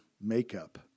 makeup